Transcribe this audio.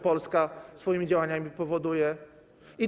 Polska swoimi działaniami powoduje chaos.